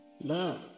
love